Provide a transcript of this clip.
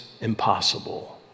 impossible